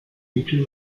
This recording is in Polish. niczym